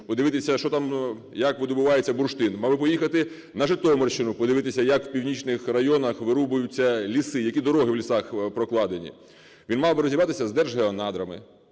подивитися, що там, як видобувається бурштин, мав би поїхати на Житомирщину, подивитися як в північних районах вирубуються ліси, які дороги в лісах прокладені. Він мав би розібратися з Держгеонадрами,